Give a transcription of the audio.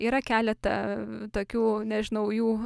yra keleta tokių nežinau jų